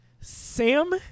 Sam